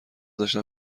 داشتم